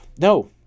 No